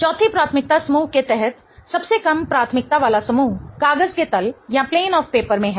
चौथे प्राथमिकता समूह के तहत सबसे कम प्राथमिकता वाला समूह कागज के तल में है